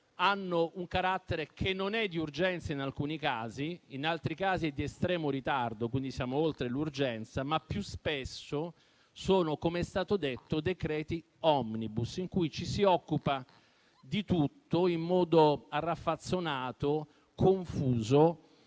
hanno un carattere che in alcuni casi non è di urgenza e in altri casi è di estremo ritardo, quindi siamo oltre l'urgenza, ma più spesso sono, com'è stato detto, decreti *omnibus,* in cui ci si occupa di tutto in modo raffazzonato, confuso